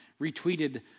retweeted